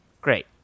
Great